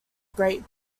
great